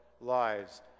lives